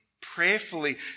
prayerfully